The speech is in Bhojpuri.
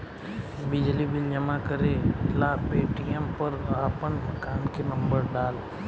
बिजली बिल जमा करेला पेटीएम पर आपन मकान के नम्बर डाल